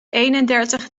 eenendertig